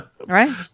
Right